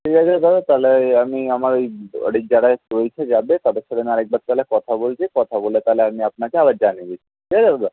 ঠিক আছে দাদা তাহলে ওই আমি আমার ওই যারা রয়েছে যাবে তাদের সাথে আমি আর একবার তাহলে কথা বলছি কথা বলে তাহলে আমি আপনাকে আবার জানিয়ে ঠিক আছে দাদা